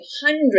hundreds